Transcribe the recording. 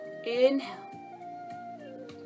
inhale